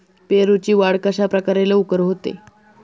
पेरूची वाढ कशाप्रकारे लवकर होते?